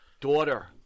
daughter